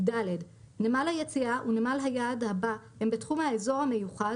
נמל היציאה ונמל היעד הבא הם בתחום האזור המיוחד